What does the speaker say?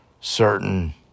certain